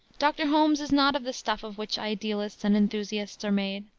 dr. holmes is not of the stuff of which idealists and enthusiasts are made.